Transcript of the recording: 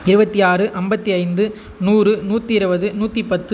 இருபத்தி ஆறு ஐம்பத்தி ஐந்து நூறு நூற்றி இருவது நூற்றி பத்து